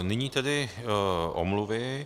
Nyní tedy omluvy.